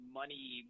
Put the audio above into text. money